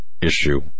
issue